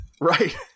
Right